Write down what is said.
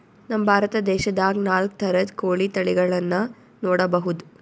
ನಮ್ ಭಾರತ ದೇಶದಾಗ್ ನಾಲ್ಕ್ ಥರದ್ ಕೋಳಿ ತಳಿಗಳನ್ನ ನೋಡಬಹುದ್